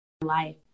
life